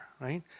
Right